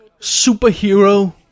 superhero